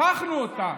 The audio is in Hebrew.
הפכנו אותה